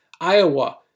Iowa